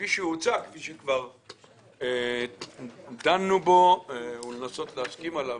הוצע וכפי שדנו בו ולנסות להסכים עליו.